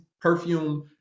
perfume